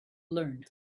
learn